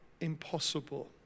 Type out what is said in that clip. impossible